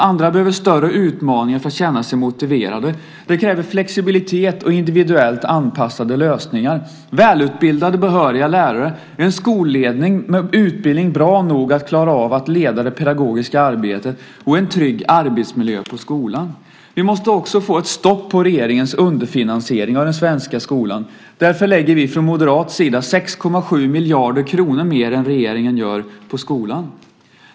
Andra behöver större utmaningar för att känna sig motiverade. Det kräver flexibilitet och individuellt anpassade lösningar, välutbildade behöriga lärare, en skolledning med utbildning bra nog att klara av att leda det pedagogiska arbetet och en trygg arbetsmiljö på skolan. Vi måste också få ett stopp på regeringens underfinansiering av den svenska skolan. Därför lägger vi från moderat sida 6,7 miljarder kronor mer än regeringen på skolan.